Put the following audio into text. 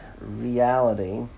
reality